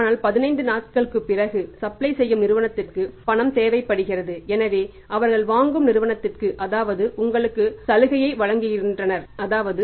ஆனால் 15 நாட்களுக்குப் பிறகு சப்ளை செய்யும் நிறுவனத்திற்கு பணம் தேவைப்படுகிறது எனவே அவர்கள் வாங்கும் நிறுவனத்திற்கு அதாவது உங்களுக்கு சலுகையை வழங்குகின்றனர் அதாவது